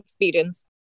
experience